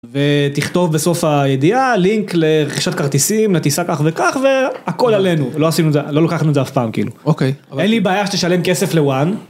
ותכתוב בסוף הידיעה לינק לרכישת כרטיסים לטיסה כך וכך והכל עלינו לא עשינו זה לא לוקחנו זה אף פעם כאילו אוקיי אין לי בעיה שתשלם כסף לואן.